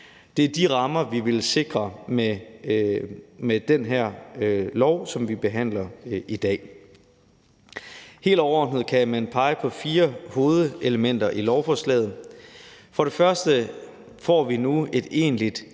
Det er de rammer, vi vil sikre med den her lov, som vi behandler i dag. Helt overordnet kan man pege på fire hovedelementer i lovforslaget. For det første får vi nu et egentligt